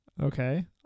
Okay